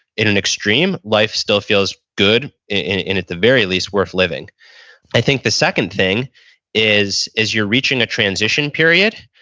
in an extreme life still feels good, and at the very least worth living i think the second thing is is you're reaching a transition period.